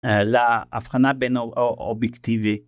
להבחנה בין אובייקטיבי.